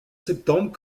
septembre